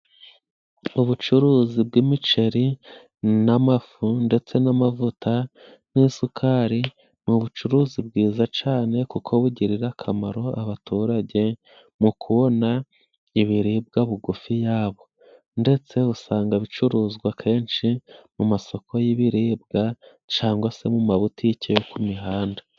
Ubucuruzi bw'imiceri n'amafu ndetse n'amavuta n'isukari, ni ubucuruzi bwiza cyane, kuko bugirira akamaro abaturage mu kubona ibiribwa bugufi yabo, ndetse usanga bicuruzwa kenshi mu masoko y'ibiribwa, cyangwa se mu mabutike yo ku mihanda.